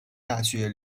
大学